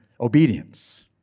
obedience